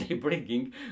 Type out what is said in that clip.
bringing